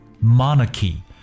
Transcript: Monarchy